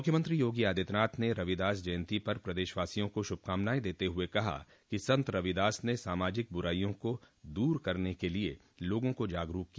मुख्यमंत्री योगी आदित्यनाथ ने रविदास जयंती पर प्रदेशवासियों को शुभकामनाएं देते हुये कहा कि संत रविदास ने सामाजिक बुराइयों को दूर करने के लिये लोगों को जागरूक किया